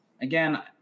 Again